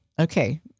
Okay